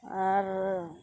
ᱟᱨ